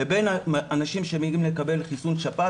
בין אנשים שבאים לקבל חיסון נגד שפעת,